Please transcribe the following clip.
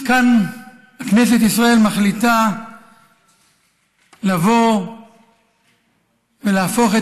אז כאן כנסת ישראל מחליטה לבוא ולהפוך את